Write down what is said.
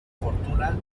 fortuna